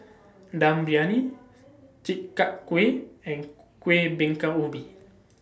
Dum Briyani Chi Kak Kuih and Kuih Bingka Ubi